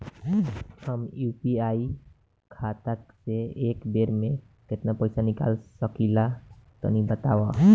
हम यू.पी.आई खाता से एक बेर म केतना पइसा निकाल सकिला तनि बतावा?